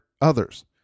others